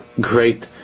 great